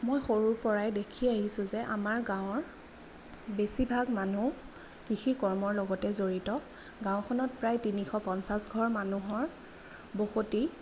মই সৰুৰ পৰাই দেখি আহিছোঁ যে আমাৰ গাঁৱৰ বেছিভাগ মানুহ কৃষি কৰ্মৰ লগতে জড়িত গাঁওখনত প্ৰায় তিনিশ পঞ্চাছ ঘৰ মানুহৰ বসতি